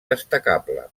destacable